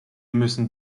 müssen